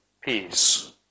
peace